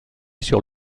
sur